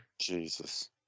Jesus